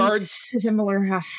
similar